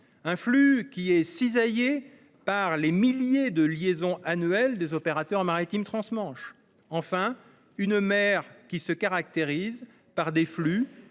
Ce flux est cisaillé par les milliers de liaisons annuelles des opérateurs maritimes transmanche. Enfin, cette mer se caractérise par des flux